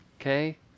Okay